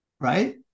right